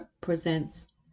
presents